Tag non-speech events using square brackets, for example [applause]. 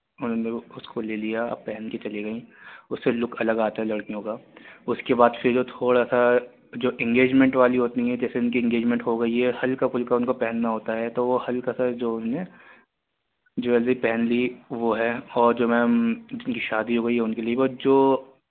انہوں نے وہ اس کو لے لیا اور پہن کے چلی گئیں اس سے لک الگ آتا ہے لڑکیوں کا اس کے بعد پھر جو تھوڑا سا جو انگیجمنٹ والی ہوتی ہیں جیسے ان کی انگیجمنٹ ہو گئی ہے ہلکا پھلکا ان کو پہننا ہوتا ہے تو وہ ہلکا سا جو [unintelligible] جویلری پہن لی وہ ہے اور جو میم جن کی شادی ہو گئی ان کے لیے وہ جو